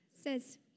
says